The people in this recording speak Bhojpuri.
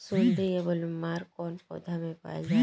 सुंडी या बॉलवर्म कौन पौधा में पाइल जाला?